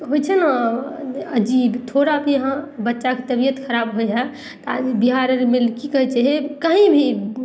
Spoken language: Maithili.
होइ छै ने अजीब थोड़ा भी हाँ बच्चाके तबियत खराब होइ हइ तऽ आदमी बिहार आरमे कि कहय छै हे कहीं भी